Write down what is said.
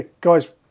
guys